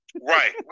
Right